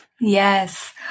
Yes